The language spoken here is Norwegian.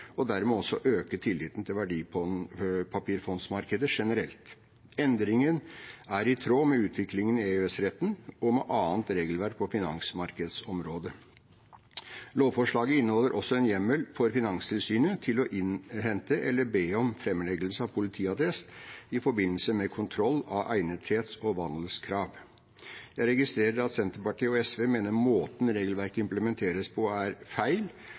og dermed også øke tilliten til verdipapirfondmarkedet generelt. Endringene er i tråd med utviklingen i EØS-retten og med annet regelverk på finansmarkedsområdet. Lovforslaget inneholder også en hjemmel for Finanstilsynet til å innhente eller be om framleggelse av politiattest i forbindelse med kontroll av egnethets- og vandelskrav. Jeg registrerer at Senterpartiet og SV mener måten regelverket implementeres på, er feil,